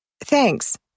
Thanks